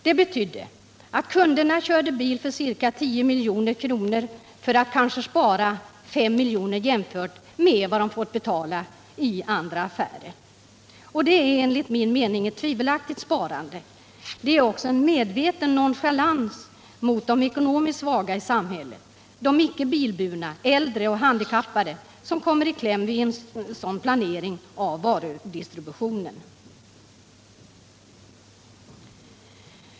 Det betydde att kunderna körde bil för ca 10 miljoner för att spara kanske 5 miljoner jämfört med vad de fått betala i andra affärer. Det är enligt min mening ett tvivelaktigt sparande. Det är också en medveten nonchalans mot de ekonomiskt svaga i samhället, de icke bilburna, äldre och handikappade som kommer i kläm vid en sådan planering av varudistributionen.